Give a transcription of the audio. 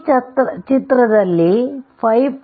ಈಗ ಚಿತ್ರದಲ್ಲಿ 5